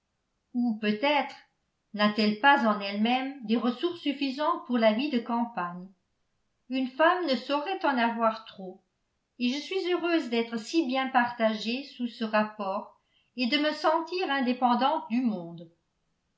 ou peut-être n'a-t-elle pas en elle-même des ressources suffisantes pour la vie de campagne une femme ne saurait en avoir trop et je suis heureuse d'être si bien partagée sous ce rapport et de me sentir indépendante du monde